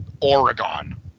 Oregon